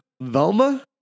Velma